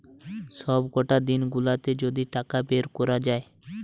সবকটা দিন গুলাতে যদি টাকা বের কোরা যায়